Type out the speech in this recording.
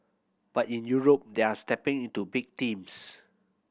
but in Europe they are stepping into big teams